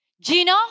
Gina